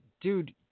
Dude